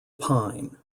pine